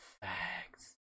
Facts